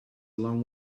long